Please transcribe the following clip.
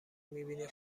میبینی